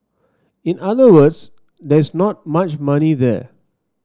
in other words there is not much money there